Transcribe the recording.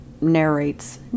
narrates